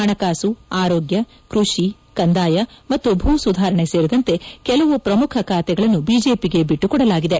ಪಣಕಾಸು ಆರೋಗ್ಯ ಕೃಷಿ ಕಂದಾಯ ಮತ್ತು ಭೂ ಸುಧಾರಣೆ ಸೇರಿದಂತೆ ಕೆಲವು ಶ್ರಮುಖ ಖಾತೆಗಳನ್ನು ಬಿಜೆಪಿಗೆ ಬಿಟ್ಟುಕೊಡಲಾಗಿದೆ